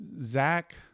Zach